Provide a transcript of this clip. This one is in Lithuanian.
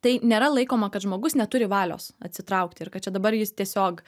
tai nėra laikoma kad žmogus neturi valios atsitraukti ir kad čia dabar jis tiesiog